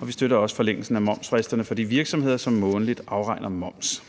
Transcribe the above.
og vi støtter også forlængelsen af momsfristerne for de virksomheder, som månedligt afregner moms.